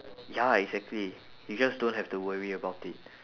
ya exactly you just don't have to worry about it